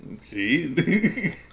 See